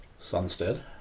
Sunstead